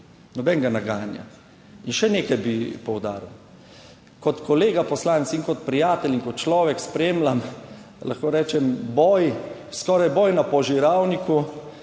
Nobenega nagajanja. In še nekaj bi poudaril, kot kolega poslanec in kot prijatelj in kot človek spremljam, lahko rečem boj, skoraj boj na požiralniku